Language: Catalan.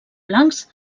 blancs